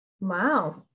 Wow